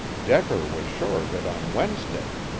decker was sure of it on wednesday.